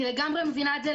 אני לגמרי מבינה אותה,